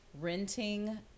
renting